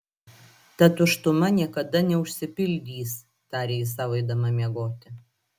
ta tuštuma niekada neužsipildys tarė ji sau eidama miegoti